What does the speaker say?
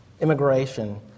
immigration